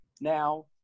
Now